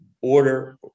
order